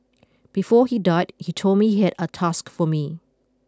before he died he told me he had a task for me